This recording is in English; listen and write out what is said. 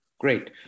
Great